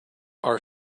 our